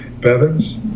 Bevins